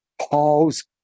Paul's